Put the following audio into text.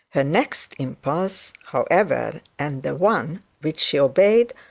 her next impulse, however, and the one which she obeyed,